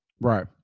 Right